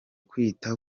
kwita